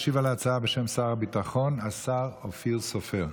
ישיב על ההצעה בשם שר הביטחון השר אופיר סופר,